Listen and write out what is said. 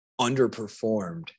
underperformed